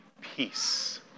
Peace